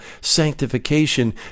sanctification